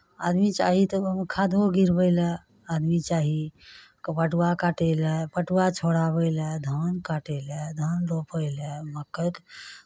आदमी चाही तऽ खादो गिरबै लए आदमी चाही क पटुआ काटय लए पटुआ छोड़ाबै लए धान काटय लए धान रोपय लए मक्कइ